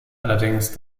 allerdings